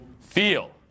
feel